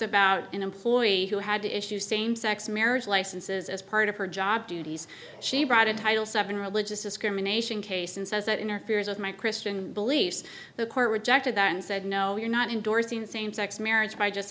about an employee who had to issue same sex marriage licenses as part of her job duties she brought a title seven religious discrimination case and says it interferes with my christian beliefs the court rejected that and said no you're not endorsing same sex marriage by just